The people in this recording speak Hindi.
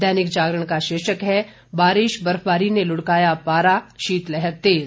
दैनिक जागरण का शीर्षक है बारिश बर्फबारी ने लुढ़काया पारा शीतलहर तेज